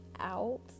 out